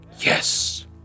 Yes